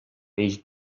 peix